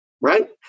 Right